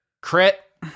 Crit